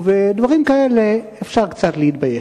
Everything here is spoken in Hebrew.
ובדברים כאלה אפשר קצת להתבייש.